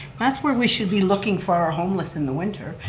that's where we should be looking for our homeless in the winter,